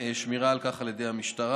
ושמירה על כך על ידי המשטרה.